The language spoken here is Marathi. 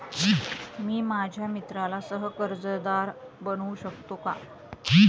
मी माझ्या मित्राला सह कर्जदार बनवू शकतो का?